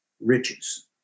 riches